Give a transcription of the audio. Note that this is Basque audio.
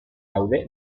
gaude